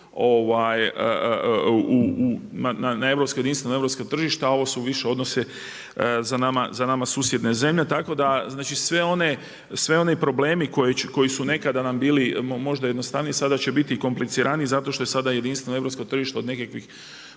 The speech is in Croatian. na jedinstvena europska tržišta, a ovo se više odnosi za nama susjedne zemlje. Tako da svi oni problemi koji su nam nekada možda bili jednostavniji sada će biti kompliciraniji zato što je sada jedinstveno europsko tržište od nekakvih